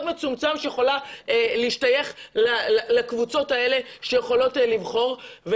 מצומצם שיכולה להשתייך לקבוצות האלה שיכולות לבחור.